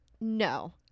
no